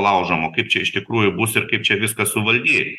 laužom o kaip čia iš tikrųjų bus ir kaip čia viską suvaldyt